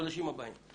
בחודשים הבאים.